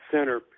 Center